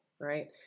right